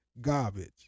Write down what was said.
garbage